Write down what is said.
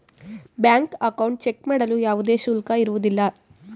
bank account check ಮಾಡಲು ಯಾವುದೇ ಶುಲ್ಕ ಇರುವುದಿಲ್ಲ